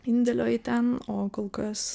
indėlio į ten o kol kas